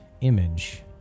image